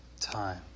time